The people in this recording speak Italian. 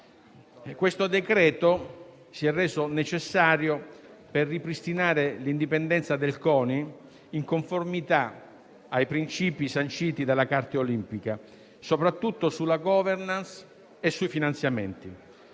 esame si è reso necessario per ripristinare l'indipendenza del CONI in conformità ai principi sanciti dalla Carta olimpica, soprattutto sulla *governance* e sui finanziamenti.